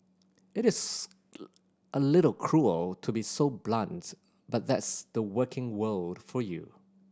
it is a little cruel to be so blunt but that's the working world for you